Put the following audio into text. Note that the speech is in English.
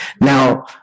Now